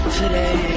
today